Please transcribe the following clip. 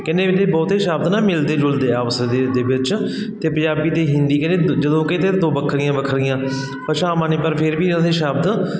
ਕਹਿੰਦੇ ਇਹਦੇ ਬਹੁਤੇ ਸ਼ਬਦ ਨਾ ਮਿਲਦੇ ਜੁਲਦੇ ਆ ਆਪਸ ਦ ਦੇ ਵਿੱਚ ਅਤੇ ਪੰਜਾਬੀ ਅਤੇ ਹਿੰਦੀ ਕਹਿੰਦੇ ਜਦੋਂ ਕਹਿੰਦੇ ਦੋ ਵੱਖਰੀਆਂ ਵੱਖਰੀਆਂ ਭਾਸ਼ਾਵਾਂ ਨੇ ਪਰ ਫਿਰ ਵੀ ਇਹਨਾਂ ਦੇ ਸ਼ਬਦ